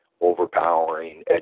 overpowering